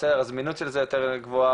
הזמינות של זה יותר גבוהה,